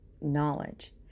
knowledge